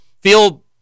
feel